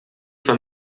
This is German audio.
von